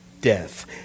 death